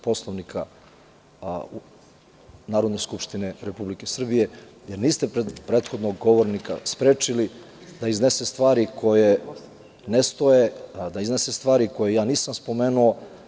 Poslovnika Narodne skupštine Republike Srbije jer niste prethodnog govornika sprečili da iznese stvari koje ne stoje, da iznosi stvari koje ja nisam spomenuo.